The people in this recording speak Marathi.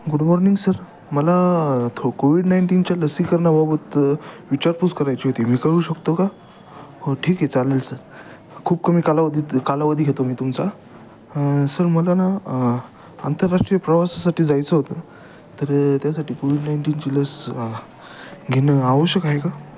गुड मॉर्निंग सर मला तो कोविड नाईंटीनच्या लसीकरणाबाबत विचारपूस करायची होती मी करू शकतो का हो ठीक आहे चालेल सर खूप कमी कालावधीत कालावधी घेतो मी तुमचा सर मला ना आंतरराष्ट्रीय प्रवासासाठी जायचं होतं तर त्यासाठी कोविड नाईंटीनची लस घेणं आवश्यक आहे का